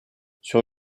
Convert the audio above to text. sur